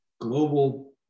global